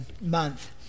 month